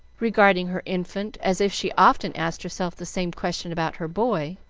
regarding her infant as if she often asked herself the same question about her boy.